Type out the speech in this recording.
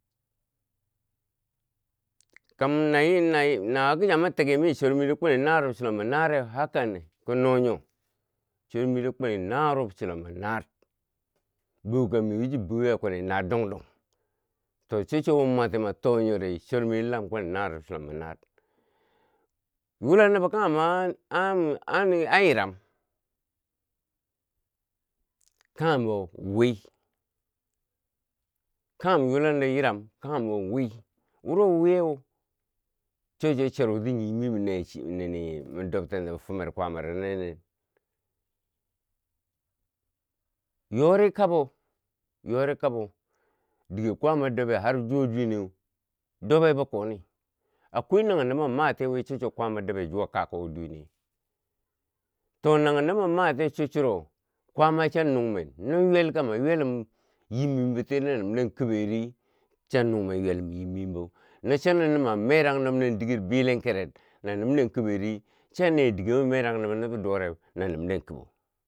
Nawo kichan matoki mi chormiro kwini narob, chilombo nareu, hakane ki no nyo chor miro kwini narob chilombo naar, boka miko chibo yereu kwini naar dong dong to chochuwo ma mwati mato nyori chor miru lam kwim narob chilombo naar yulan nobo kaghem ma an- an ai yiram kanghem mo wi kanghem yulan do yiram kanghem mo wi wuro wiyeu chocho cheruu, ti nyimi minechi, midob tenti bi fumer kwaamaro ni ne- yorika bo, yori kabo dighe kwaama dob ye har juwa duwe neu dobye bo koni akwai nanghen do mamatiye wi cho chuwa kwaama dobye zuwa kakuko duwene to nanghen do ma- matiye cho churo kwaama cha nung men no ywelka ma ywelum yim mimboti na minde kuberi cha nung men ywelum yim mimbo no cha no, noma merang nob nin diger bilen kerer na nimde kuberi, cha neye dige ma merang nubo ninti bi duware na nimde kubo.